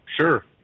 Sure